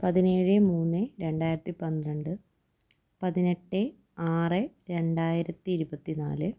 പതിനേഴ് മൂന്ന് രണ്ടായിരത്തി പന്ത്രണ്ട് പതിനെട്ട് ആറ് രണ്ടായിരത്തി ഇരുപത്തി നാല്